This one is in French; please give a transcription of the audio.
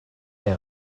est